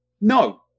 No